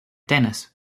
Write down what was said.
dennis